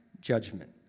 judgment